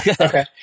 Okay